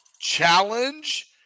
challenge